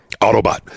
autobot